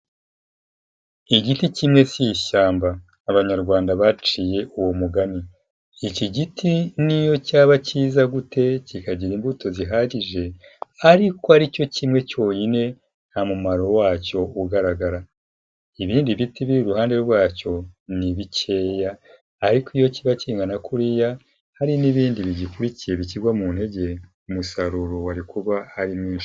Igiti kimwe si ishyamba, Abanyarwanda baciye uwo mugani, iki giti niyo cyaba kiza gute kikagira imbuto zihagije ariko ari cyo kimwe cyonyine nta mumaro wacyo ugaragara, ibindi biti biri iruhande rwacyo ni bikeya ariko iyo kiba kingana kuriya hari n'ibindi bigikurikiye bikigwa mu ntege umusaruro wari kuba ari mwinshi.